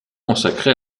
consacrée